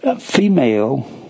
female